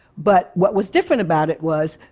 but what was different about it was,